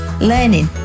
learning